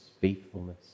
faithfulness